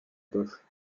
poche